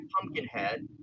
Pumpkinhead